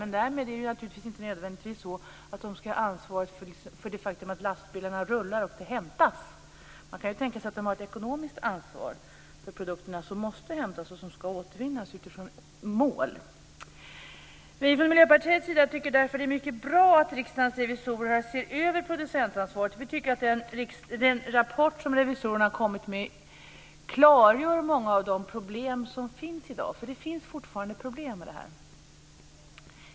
Men därmed är det inte nödvändigtvis så att de ska ha ansvaret för det faktum att lastbilarna rullar och det hämtas. Man kan tänka sig att de har ett ekonomiskt ansvar för produkterna som måste hämtas och ska återvinnas utifrån ett mål. Vi från Miljöpartiets sida tycker därför att det är mycket bra att Riksdagens revisorer ser över producentansvaret. Vi tycker att den rapport som revisorerna har kommit med klargör många av de problem som i dag finns. Det finns fortfarande problem med detta.